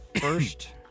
first